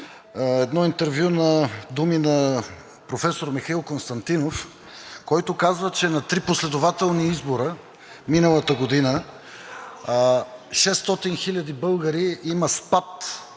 едно интервю, думи на професор Михаил Константинов, който казва, че на три последователни избора миналата година 600 хиляди българи има спад,